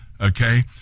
okay